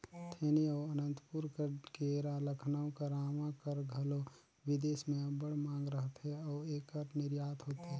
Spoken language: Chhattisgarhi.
थेनी अउ अनंतपुर कर केरा, लखनऊ कर आमा कर घलो बिदेस में अब्बड़ मांग रहथे अउ एकर निरयात होथे